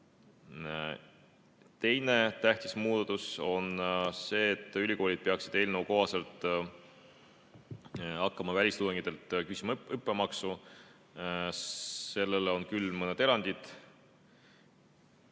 Teine tähtis muudatus on see, et ülikoolid peaksid eelnõu kohaselt hakkama välistudengitelt küsima õppemaksu. Sellele on küll mõned erandid.